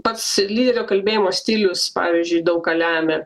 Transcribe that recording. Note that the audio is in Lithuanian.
pats lyderio kalbėjimo stilius pavyzdžiui daug ką lemia